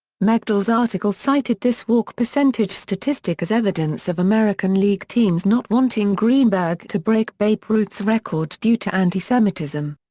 megdal's article cited this walk percentage statistic as evidence of american league teams not wanting greenberg to break babe ruth's record due to anti-semitism.